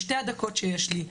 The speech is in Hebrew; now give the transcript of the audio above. בשתי הדקות שיש לי.